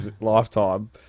lifetime